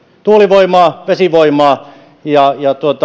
tuulivoimaa vesivoimaa ja